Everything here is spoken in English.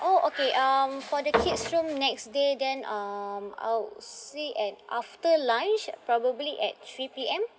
oh okay um for the kids room next day then um I would say at after lunch probably at three P_M